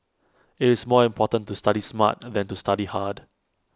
IT is more important to study smart than to study hard